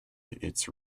its